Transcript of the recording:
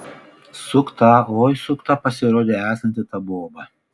sukta oi sukta pasirodė esanti ta boba